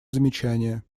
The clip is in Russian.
замечания